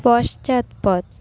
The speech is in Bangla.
পশ্চাৎপদ